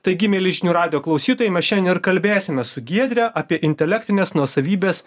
taigi mieli žinių radijo klausytojai mes šiandien ir kalbėsime su giedre apie intelektinės nuosavybės